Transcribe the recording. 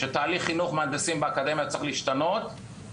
שם אנחנו רואים גם התפתחויות יוצאות דופן בחברה הישראלית.